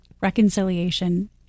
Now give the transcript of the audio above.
Reconciliation